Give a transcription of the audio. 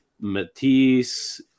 Matisse